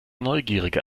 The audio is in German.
neugierige